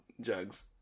jugs